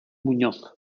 muñoz